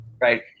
right